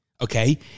Okay